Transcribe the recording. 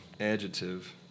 Adjective